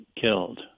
killed